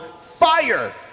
fire